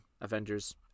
Avengers